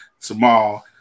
tomorrow